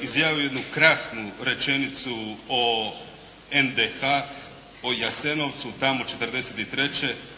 izjavio je jednu krasnu rečenicu o NDH, o Jasenovcu tamo '43.